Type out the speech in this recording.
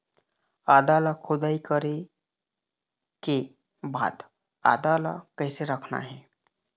आदा ला खोदाई करे के बाद आदा ला कैसे रखना हे?